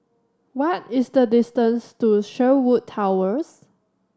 what is the distance to Sherwood Towers